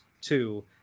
two